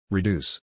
Reduce